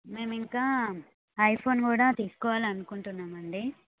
మేమింకా iPhone కూడా తీసుకోవాలని అనుకుంటున్నామండి